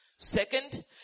Second